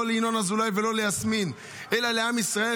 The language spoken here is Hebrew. לא לינון אזולאי ולא ליסמין אלא לעם ישראל.